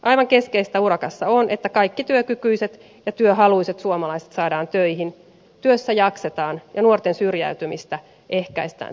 aivan keskeistä urakassa on että kaikki työkykyiset ja työhaluiset suomalaiset saadaan töihin työssä jaksetaan ja nuorten syrjäytymistä ehkäistään tehokkaasti